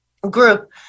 group